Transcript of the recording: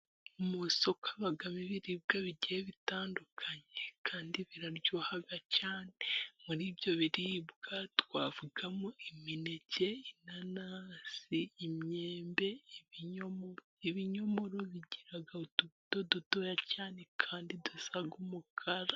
Mu isoko haba bibiribwa bigiye bitandukanye, kandi biraryoha cyane. Muri ibyo biribwa twavugamo imineke, inanasi, imyembe, ibinyomoro. Ibinyomoro bigira utubuto dutoya cyane kandi dusa umukara.